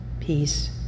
peace